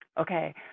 Okay